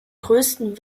größten